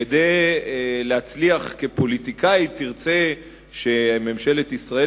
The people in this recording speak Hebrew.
כדי להצליח כפוליטיקאית, תרצה שממשלת ישראל